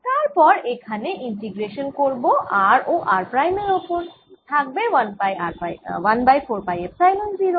তারপর এখানে ইন্টিগ্রেশান করব r ও r প্রাইম এর ওপর থাকবে 1 বাই 4 পাই এপসাইলন 0